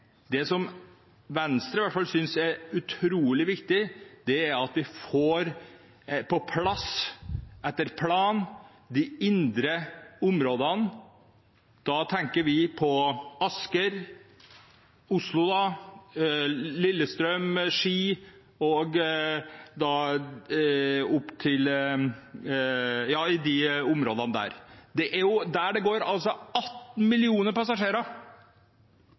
det som Venstre i hvert fall synes er utrolig viktig, er at vi får på plass de indre områdene etter planen. Da tenker vi på områdene Asker, Oslo, Lillestrøm, Ski. Der er det 18 millioner passasjerer.